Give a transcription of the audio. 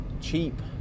cheap